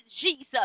Jesus